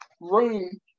room